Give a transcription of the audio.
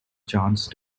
chance